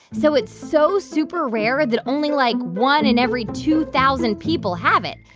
so it's so super-rare that only, like, one in every two thousand people have it.